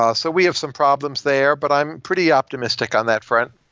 ah so we have some problems there, but i'm pretty optimistic on that front.